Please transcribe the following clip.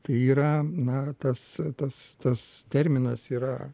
tai yra na tas tas tas terminas yra